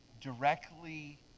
directly